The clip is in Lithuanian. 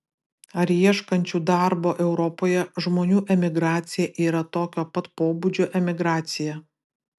ar ieškančių darbo europoje žmonių emigracija yra tokio pat pobūdžio emigracija